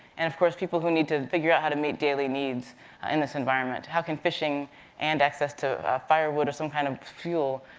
and of course, people who need to figure out how to meet daily needs in and this environment. how can fishing and access to firewood or some kind of fuel,